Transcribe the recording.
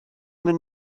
mynd